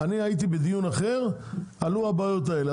הייתי בדיון אחר שם עלו הבעיות האלה.